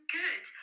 good